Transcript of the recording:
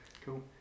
Cool